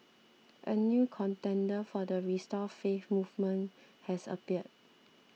a new contender for the restore faith movement has appeared